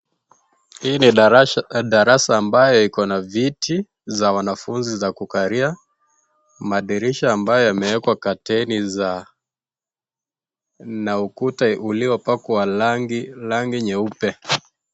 Hii ni darasa, darasa ambayo iko na viti za wanafunzi za kukalia, madirisha ambayo yamewekwa kateni za na ukuta uliopakwa rangi, rangi nyeupe.